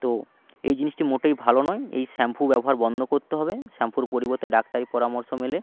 তো এই জিনিসটি মোটেই ভালো নয় এই শ্যাম্পু ব্যবহার বন্ধ করতে হবে শ্যাম্পুর পরিবর্তে ডাক্তারি পরামর্শ মেলে